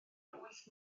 wyth